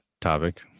topic